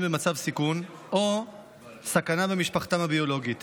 במצב סיכון או סכנה במשפחתם הביולוגית